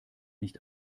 nicht